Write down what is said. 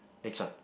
next one